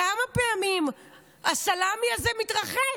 כמה פעמים הסלמי הזה מתרחש?